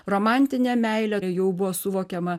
romantinė meilė jau buvo suvokiama